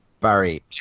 Barry